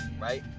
right